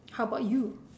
how about you